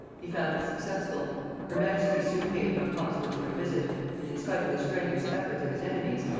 he found it successful her majesty soon made him a consolatory visit and in spite of the strenuous efforts of his enemies,